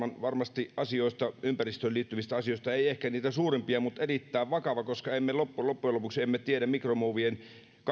on maailman tämän hetken ympäristöön liittyvistä asioista ei ehkä niitä suurimpia mutta erittäin vakava koska emme loppujen lopuksi tiedä mikromuovien